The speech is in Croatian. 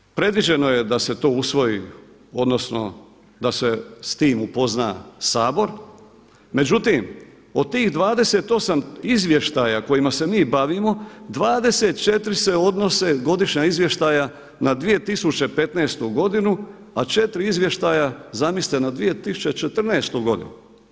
Uredu, predviđeno je da se to usvoji odnosno da se s tim upozna Sabor, međutim od tih 28 izvještaja kojima se mi bavimo, 24 se odnose godišnja izvještaja na 2015. godinu, a 4 izvještaja zamislite na 2014. godinu.